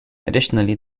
additionally